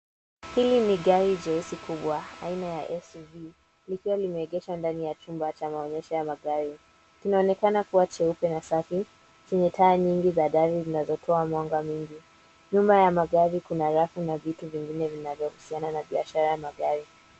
Hili ni gari jeusi kubwa, aina ya SUV , likiwa limeegeshwa ndani ya chumba cha maonyesho ya magari, kinaonekana kuwa cheupe na safi, chenye taa nyingi za dari zinazotoa mwanga mwingi. Nyuma ya magari, kuna rafu na vitu vingine vinavyohusiana na biashara ya magari.